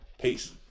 Peace